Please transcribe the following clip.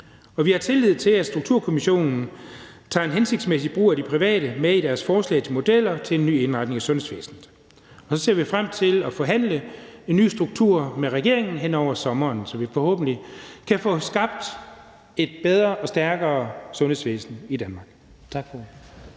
Vi har tillid til, at Strukturkommissionen tager en hensigtsmæssig brug af de private med i deres forslag til modeller til en ny indretning af sundhedsvæsenet. Så ser vi frem til at forhandle en ny struktur med regeringen hen over sommeren, så vi forhåbentlig kan få skabt et bedre og stærkere sundhedsvæsen i Danmark.